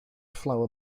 flower